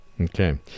Okay